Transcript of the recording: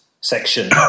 section